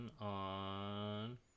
on